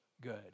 good